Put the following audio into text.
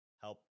help